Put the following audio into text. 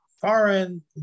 foreign